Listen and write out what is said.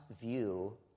view